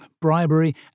bribery